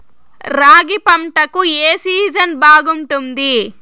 రాగి పంటకు, ఏ సీజన్ బాగుంటుంది?